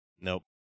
nope